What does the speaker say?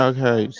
Okay